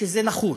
שזה נחוץ.